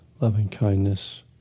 loving-kindness